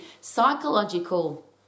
psychological